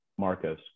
marcos